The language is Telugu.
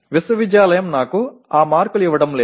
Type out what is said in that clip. విశ్వవిద్యాలయం నాకు ఆ మార్కులు ఇవ్వడం లేదు